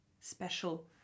special